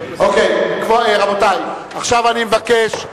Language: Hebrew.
רבותי, עכשיו אני מבקש.